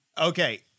Okay